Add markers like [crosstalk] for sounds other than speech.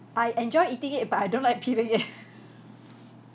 I enjoy eating it but [laughs] I don't like peeling it